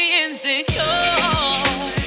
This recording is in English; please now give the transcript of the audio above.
insecure